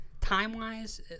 time-wise